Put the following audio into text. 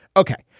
ok,